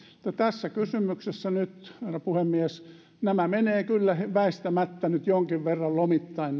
mutta tässä kysymyksessä herra puhemies lainsäädäntövalta ja tuomiovalta menevät kyllä väistämättä nyt jonkin verran lomittain